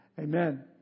Amen